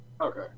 Okay